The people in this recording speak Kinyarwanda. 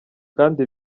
kandi